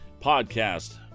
podcast